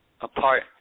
apart